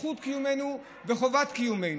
זכות קיומנו וחובת קיומנו.